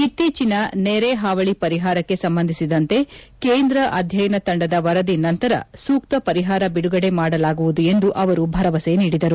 ಇತ್ತೀಚನ ನೆರೆ ಪಾವಳಿ ಪರಿಹಾರಕ್ಕೆ ಸಂಬಂಧಿಸಿದಂತೆ ಕೇಂದ್ರ ಅಧ್ಯಯನ ತಂಡದ ವರದಿ ನಂತರ ಸೂಕ್ತ ಪರಿಹಾರ ಬಿಡುಗಡೆ ಮಾಡಲಾಗುವುದು ಎಂದು ಅವರು ಭರವಸೆ ನೀಡಿದರು